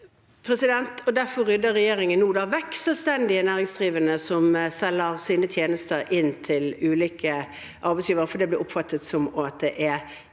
Derfor rydder regjerin- gen nå vekk selvstendig næringsdrivende som selger sine tjenester inn til ulike arbeidsgivere, for det blir oppfattet som at det er innleie